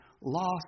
lost